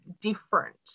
different